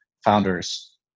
founders